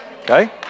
Okay